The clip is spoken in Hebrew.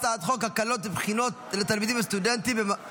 אני קובע כי הצעת חוק לימוד חובה (תיקון,